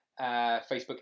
Facebook